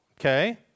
okay